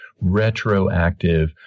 retroactive